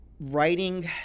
Writing